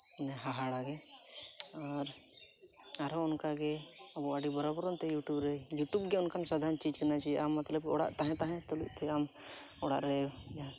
ᱚᱱᱮ ᱦᱟᱦᱟᱲᱟᱜᱮ ᱟᱨ ᱟᱨᱦᱚᱸ ᱚᱱᱠᱟᱜᱮ ᱟᱵᱚ ᱟᱹᱰᱤ ᱵᱟᱨᱚ ᱵᱚᱨᱚᱱᱛᱮ ᱤᱭᱩᱴᱩᱵᱽ ᱨᱮ ᱤᱭᱩᱴᱩᱵᱽ ᱜᱮ ᱚᱱᱠᱟᱱ ᱥᱟᱫᱷᱟᱨᱚᱱ ᱪᱤᱡᱽ ᱠᱟᱱᱟ ᱡᱮ ᱟᱢ ᱢᱚᱛᱞᱚᱵ ᱚᱲᱟᱜ ᱨᱮ ᱛᱟᱦᱮᱸ ᱛᱟᱦᱮᱸ ᱛᱩᱞᱩᱡ ᱛᱮ ᱟᱢ ᱚᱲᱟᱜ ᱨᱮ ᱡᱟᱦᱟᱸ